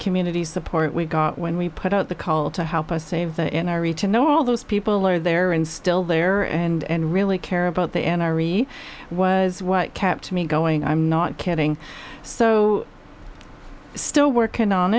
community support we got when we put out the call to help us save the inari to know all those people are there and still there and really care about the n r e was what kept me going i'm not kidding so still workin on